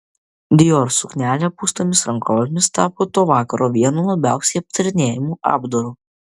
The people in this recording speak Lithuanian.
dior suknelė pūstomis rankovėmis tapo to vakaro vienu labiausiai aptarinėjamu apdaru